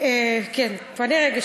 תפנה רגע,